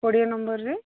କୋଡ଼ିଏ ନମ୍ୱର୍ରେ